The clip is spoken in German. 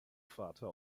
vater